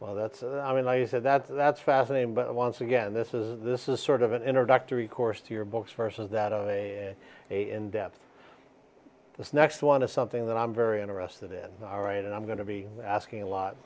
well that's i mean i said that that's fascinating but once again this is this is sort of an introductory course to your books versus that of a a in depth this next one is something that i'm very interested in all right and i'm going to be asking a lot